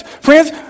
Friends